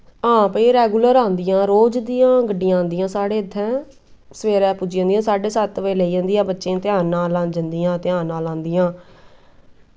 हां भाई रैगुलर औंदियां रोज दियां गड्डियां औंदियां साढ़े इत्थै सवेरै पुज्जी जंदियां साह्ड्डे सत्त बजे लेई जंदियां बच्चें ध्यान नाल जंदियां ध्यान नाल औंदियां